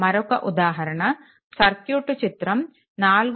మరొక ఉదాహరణ సర్క్యూట్ చిత్రం 4